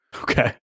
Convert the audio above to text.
Okay